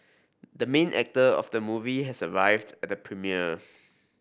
the main actor of the movie has arrived at the premiere